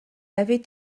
avait